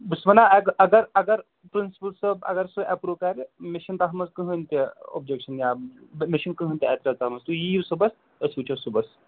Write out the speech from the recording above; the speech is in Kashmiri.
بہٕ چھُس ونان اگہ اگر پرنسپٕل صٲب اگر سُہ اٮ۪پرٛوٗ کَرِ مےٚ چھِنہٕ تَتھ منٛز کٕہۭنۍ تہِ اوٚبجکشَن یا مےٚ چھِنہٕ کٕہۭنۍ تہِ اعتِراض تَتھ منٛز تُہۍ یِیِو صُبحَس أسۍ وٕچھو صُبحَس